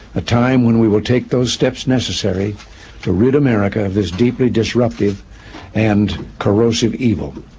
a time when we will take those steps necessary to rid america of this deeply disruptive and corrosive evil.